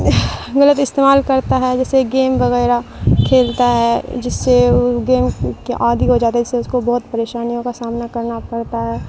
گلط استعمال کرتا ہے جیسے گیم وغیرہ کھیلتا ہے جس سے وہ گیم کے عادی ہو جاتا ہے جس سے اس کو بہت پریشانیوں کا سامنا کرنا پڑتا ہے